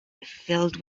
filled